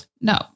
No